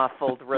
muffled